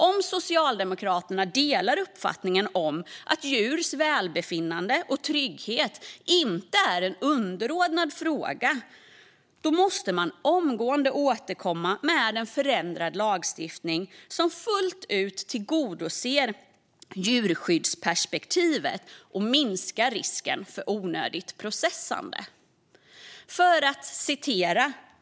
Om Socialdemokraterna delar uppfattningen om att djurs välbefinnande och trygghet inte är en underordnad fråga måste de omgående återkomma med förslag om en förändrad lagstiftning som fullt ut tillgodoser djurskyddsperspektivet och minskar risken för onödigt processande.